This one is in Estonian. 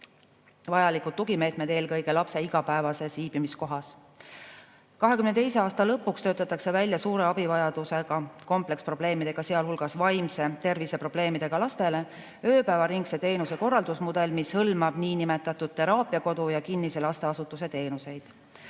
vajalikud tugimeetmed eelkõige lapse igapäevases viibimiskohas. 2022. aasta lõpuks töötatakse välja suure abivajadusega ja kompleksprobleemidega, sealhulgas vaimse tervise probleemidega, lastele ööpäevaringse teenuse korraldamise mudel, mis hõlmab niinimetatud teraapiakodu ja kinnise lasteasutuse teenuseid.